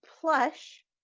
plush